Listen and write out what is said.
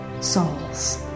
souls